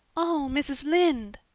oh, mrs. lynde!